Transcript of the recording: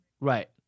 right